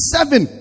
Seven